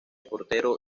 portero